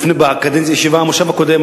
בישיבה במושב הקודם,